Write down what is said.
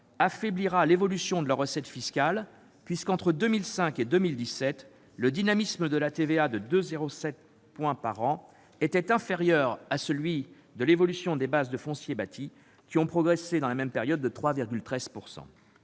affaiblira l'évolution de leurs recettes fiscales, puisque, entre 2005 et 2017, le dynamisme de la TVA, de 2,07 % par an, était inférieur à celui de l'évolution des bases de foncier bâti, lesquelles ont progressé dans la même période de 3,13 %.